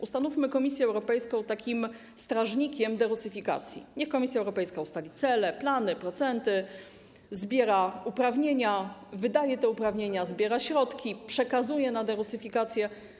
Ustanówmy Komisję Europejską takim strażnikiem derusyfikacji - niech Komisja Europejska ustali cele, plany, procenty, zbiera uprawnienia, wydaje te uprawnienia, zbiera środki, przekazuje na derusyfikację.